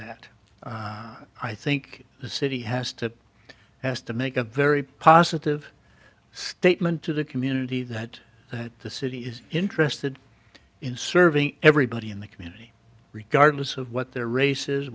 that i think the city has to has to make a very positive statement to the community that that the city is interested in serving everybody in the community regardless of what their race